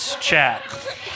chat